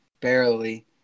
barely